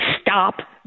stop